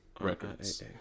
records